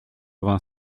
vingt